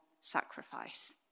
sacrifice